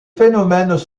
phénomènes